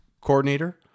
coordinator